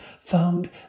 found